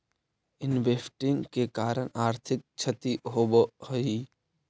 investing के कारण आर्थिक क्षति होवऽ हई